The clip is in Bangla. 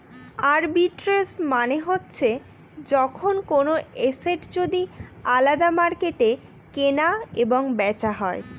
আরবিট্রেজ মানে হচ্ছে যখন কোনো এসেট যদি আলাদা মার্কেটে কেনা এবং বেচা হয়